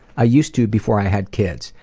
i used to before i had kids.